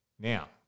Now